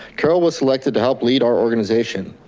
carol was selected to help lead our organization.